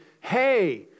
Hey